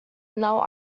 now